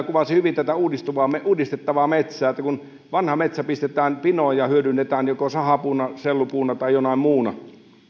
kuvasi hyvin tätä uudistettavaa metsää että kun vanha metsä pistetään pinoon ja hyödynnetään joko sahapuuna sellupuuna tai jonain muuna